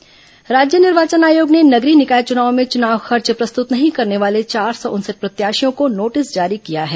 नगरीय निकाय चुनाव राज्य निर्वाचन आयोग ने नगरीय निकाय चुनाव में चुनाव खर्च प्रस्तुत नहीं करने वाले चार सौ उनसठ प्रत्याशियों को नोटिस जारी किया गया है